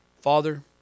Father